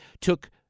took